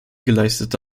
geleistete